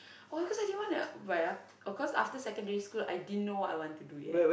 oh because I didn't wanna why ah oh cause after secondary school I didn't know what I want to do yet